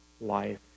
life